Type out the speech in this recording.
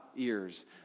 Ears